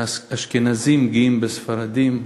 שהאשכנזים גאים בספרדים,